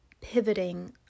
pivoting